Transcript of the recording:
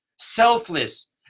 selfless